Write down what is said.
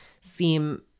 seem